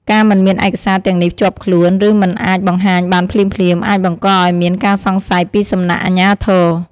ការមិនមានឯកសារទាំងនេះជាប់ខ្លួន ឬមិនអាចបង្ហាញបានភ្លាមៗអាចបង្កឱ្យមានការសង្ស័យពីសំណាក់អាជ្ញាធរ។